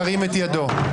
ירים את ידו.